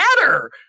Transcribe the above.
matter